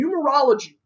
numerology